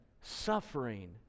suffering